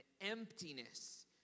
emptiness